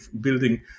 building